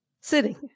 sitting